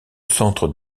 centre